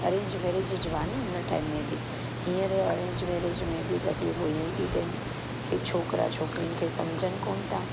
arrange marriage जि हुआ न उन टाईम में बि हींअर अरेंज मेरेज में बि तक़लीफूं ईअं ई थियूं थियनि के छोकिरा छोकिरियुनि खे समुझनि कोन्ह था